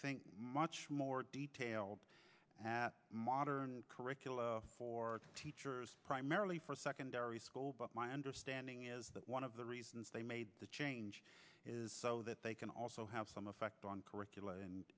think much more detail at modern curricula for teachers primarily for secondary school but my understanding is that one of the reasons they made the change is so that they can also have some effect on curriculum and